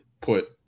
put